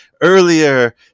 earlier